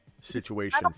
situation